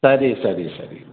ಸರಿ ಸರಿ ಸರಿ